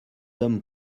hommes